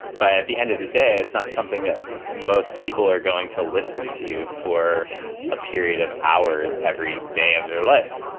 but at the end of the day, it's not something that most people are going to listen to you for a period of hours every day of their life.